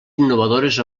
innovadores